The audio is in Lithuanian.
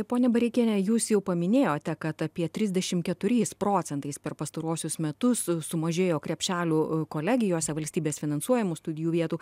pone bareikiene jūs jau paminėjote kad apie trisdešimt keturiais procentais per pastaruosius metus sumažėjo krepšelių kolegijose valstybės finansuojamų studijų vietų